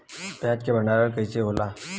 प्याज के भंडारन कइसे होला?